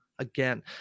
again